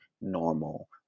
normal